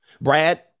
brad